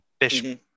fish